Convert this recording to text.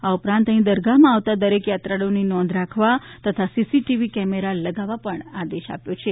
આ ઉપરાંત અહીં દરગાહમાં આવતા દરેક યાત્રાળુની નોંધ રાખવા તથા સીસીટીવી કેમેરા લગાવવા પણ આદેશ કર્યો છે